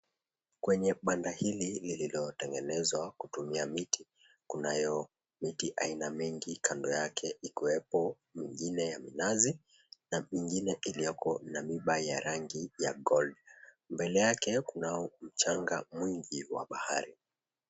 Kwenye banda hili lililotengenezwa kutumia miti, kunayo miti aina mengi kando yake ikiwepo ingine ya minazi ingine ilioko na miba ya rangi ya gold . Mbele yake kunao mchanga mwingi wa bahari.